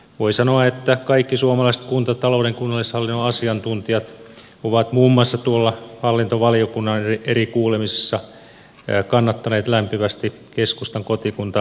voi sanoa että kaikki suomalaiset kuntatalouden kunnallishallinnon asiantuntijat ovat muun muassa tuolla hallintovaliokunnan eri kuulemisissa kannattaneet lämpimästi keskustan kotikuntamaakunta mallia